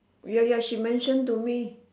ya ya she mention to me